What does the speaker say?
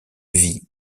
vie